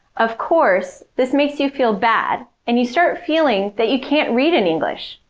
of course, this makes you feel bad, and you start feeling that you can't read in english,